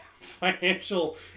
financial